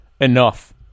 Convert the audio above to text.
enough